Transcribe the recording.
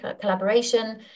collaboration